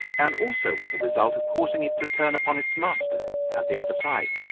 and also with the result of causing it to turn upon its master at the other side.